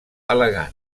elegant